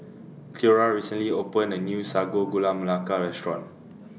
Cleora recently opened A New Sago Gula Melaka Restaurant